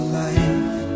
life